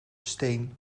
steen